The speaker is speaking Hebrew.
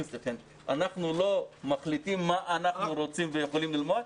אנחנו לא מחליטים מה אנחנו רוצים ויכולים ללמוד.